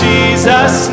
Jesus